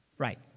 Right